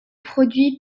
produit